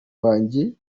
wanjye